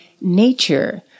nature